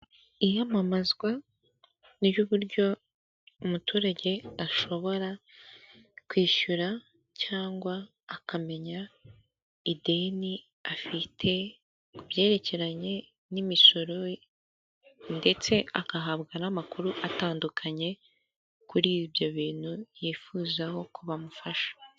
Iyamamazwa ni iry'uburyo umuturage ashobora kwishyura cyangwa akamenya ideni afite ku byerekeranye n'imisoro ndetse agahabwa n'amakuru atandukanye kuri ibyo bintu yifuzaho ko bamufasha.